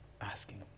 asking